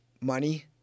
money